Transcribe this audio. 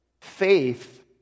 Faith